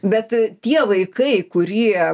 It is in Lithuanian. bet tie vaikai kurie